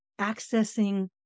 accessing